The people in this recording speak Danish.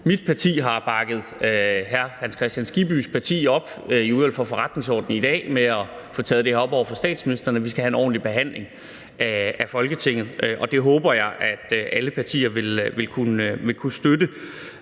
mit parti har bakket hr. Hans Kristian Skibbys parti op i Udvalget for Forretningsordenen i dag med at få taget det her op over for statsministeren, og at vi skal have en ordentlig behandling af Folketinget, og det håber jeg at alle partier vil kunne støtte.